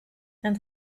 and